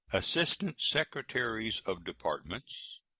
assistant secretaries of departments,